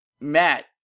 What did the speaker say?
Matt